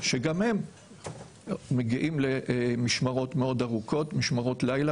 שגם הם מגיעים למשמרות מאוד ארוכות, משמרות לילה.